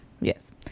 Yes